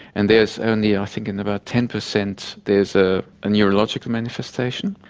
and there's only, i think in about ten percent there's a and neurological manifestation,